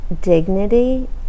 dignity